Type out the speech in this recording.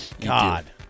God